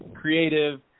creative